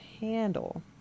handle